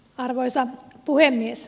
arvoisa puhemies